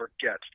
forget